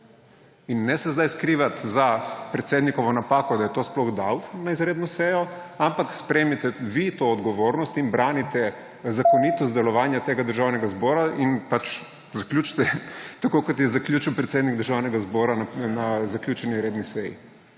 In ne se zdaj skrivat za predsednikovo napako, da je to sploh dal na izredno sejo, ampak sprejmite vi to odgovornost in branite / znak za konec razprave/ zakonitost delovanja tega Državnega zbora in pač zaključite tako, kot je zaključil predsednik Državnega zbora na zaključeni redni seji